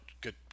good